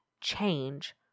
change